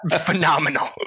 phenomenal